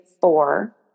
four